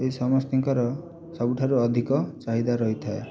ଏଇ ସମସ୍ତଙ୍କର ସବୁଠାରୁ ଅଧିକ ଚାହିଦା ରହିଥାଏ